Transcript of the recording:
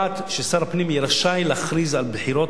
הפנים יהיה רשאי להכריז על בחירות ממוחשבות.